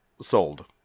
sold